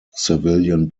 civilian